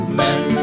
men